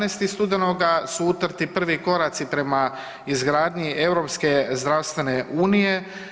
11. studenoga su utrti prvi koraci prema izgradnji Europske zdravstvene unije.